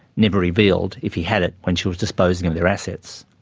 never revealed if he had it when she was disposing of their assets.